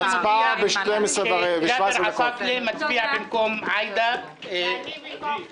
ההצבעה ב 12:17. אני מודיע שג'אבר עסאקלה מצביע